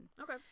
Okay